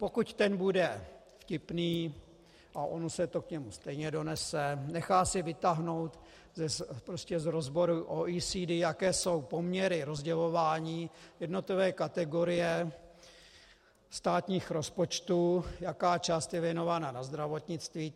Pokud ten bude vtipný, a ono se to k němu stejně donese, nechá si vytáhnout z rozboru OECD, jaké jsou poměry rozdělování, jednotlivé kategorie státních rozpočtů, jaká část je věnována na zdravotnictví.